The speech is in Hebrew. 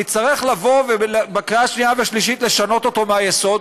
נצטרך לבוא ובקריאה השנייה והשלישית לשנות אותו מהיסוד,